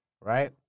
right